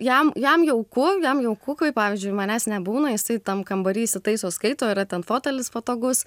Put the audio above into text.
jam jam jauku jam jauku kai pavyzdžiui manęs nebūna jisai tam kambary įsitaiso skaito yra ten fotelis patogus